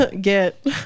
get